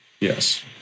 yes